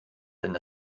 denn